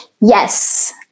yes